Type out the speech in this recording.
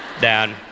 Dad